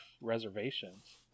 reservations